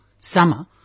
summer